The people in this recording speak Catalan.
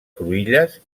cruïlles